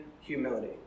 humility